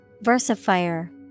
Versifier